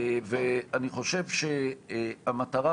אני חושב שהמטרה,